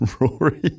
Rory